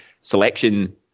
selection